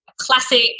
classic